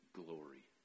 glory